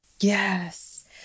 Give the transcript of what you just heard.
Yes